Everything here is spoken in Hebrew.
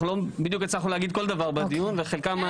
אנחנו לא בדיוק הצלחנו להגיד כל דבר בדיון --- בסדר,